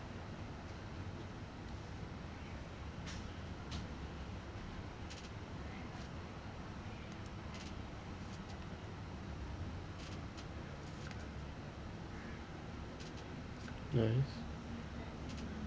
nice